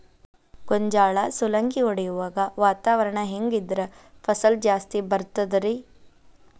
ಗೋಂಜಾಳ ಸುಲಂಗಿ ಹೊಡೆಯುವಾಗ ವಾತಾವರಣ ಹೆಂಗ್ ಇದ್ದರ ಫಸಲು ಜಾಸ್ತಿ ಬರತದ ರಿ?